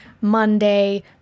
monday